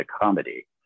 comedy